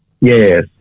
Yes